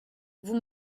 vous